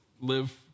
live